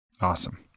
Awesome